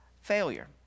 failure